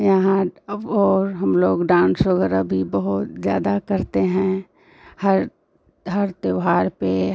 यहाँ अब और हमलोग डान्स वग़ैरह भी बहुत ज़्यादा करते हैं हर हर त्योहार पर